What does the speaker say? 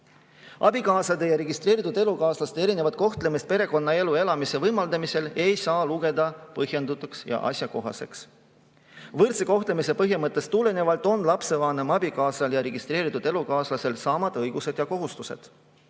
Abikaasade ja registreeritud elukaaslaste erinevat kohtlemist perekonnaelu elamise võimaldamisel ei saa lugeda põhjendatuks ja asjakohaseks. Võrdse kohtlemise põhimõttest tulenevalt [peavad] lapse vanema abikaasal ja registreeritud elukaaslasel olema samad õigused ja kohustused.